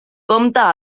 compte